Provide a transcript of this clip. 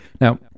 Now